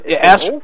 ask